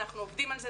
אנחנו עובדים על זה,